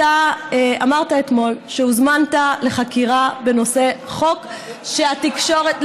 אתה אמרת אתמול שהוזמנת לחקירה בנושא חוק שהתקשורת,